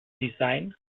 design